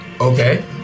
Okay